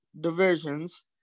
divisions